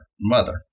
mother